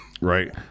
Right